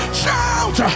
shout